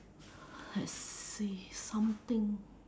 let's see something